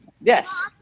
Yes